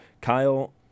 Kyle